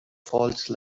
false